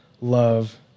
love